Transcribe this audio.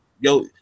Yo